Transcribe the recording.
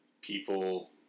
people